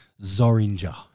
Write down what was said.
Zoringer